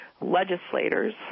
legislators